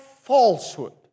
falsehood